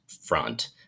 front